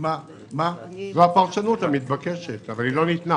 זו הפרשנות המתבקשת, אבל היא לא ניתנה.